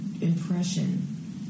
impression